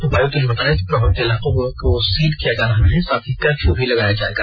उपायुक्त ने बताया कि प्रभावित इलाके को सील किया जा रहा है साथ ही कर्फ्यू भी लगाया जायेगा